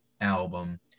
album